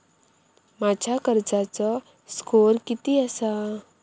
माझ्या कर्जाचो स्कोअर किती आसा?